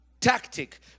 tactic